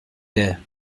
there